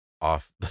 off